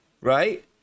Right